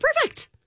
perfect